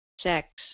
sex